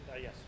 Yes